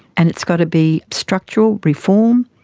and it's got to be structural reform,